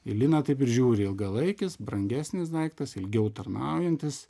į liną taip ir žiūri ilgalaikis brangesnis daiktas ilgiau tarnaujantis